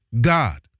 God